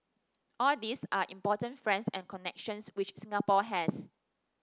all these are important friends and connections which Singapore has